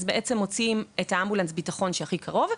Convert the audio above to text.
אז מוציאים את אמבולנס הביטחון שהכי קרוב,